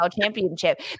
championship